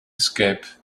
escape